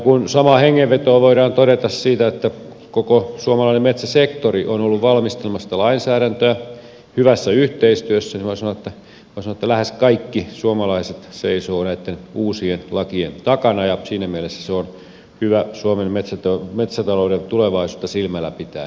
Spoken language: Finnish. kun samaan hengenvetoon voidaan todeta että koko suomalainen metsäsektori on ollut valmistelemassa tätä lainsäädäntöä hyvässä yhteistyössä niin voi sanoa että lähes kaikki suomalaiset seisovat näitten uusien lakien takana ja siinä mielessä se on hyvä suomen metsätalouden tulevaisuutta silmällä pitäen